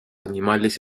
animales